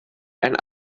and